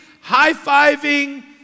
high-fiving